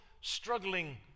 struggling